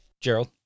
Gerald